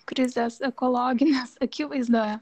krizės ekologinės akivaizdoje